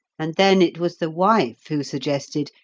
and then it was the wife who suggested,